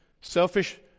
selfish